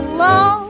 love